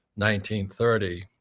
1930